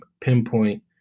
pinpoint